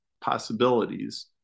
possibilities